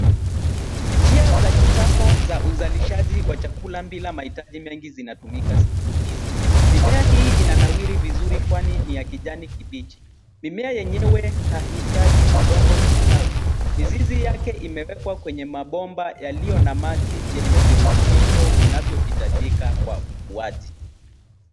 Njia za kisasa za uzalishaji wa chakula bila mahitaji mengi zinatumika siku hizi. Mimea hii inanawiri vizuri kwani ni ya kijani kibichi. Mimea yenyewe haihitaji udongo kustawi. Mizizi yake imewekwa kwenye mabomba yaliyo na maji yenye virutubisho vinavyohitajika kwa ukuaji.